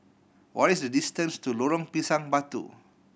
what is the distance to Lorong Pisang Batu